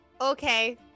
okay